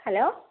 hello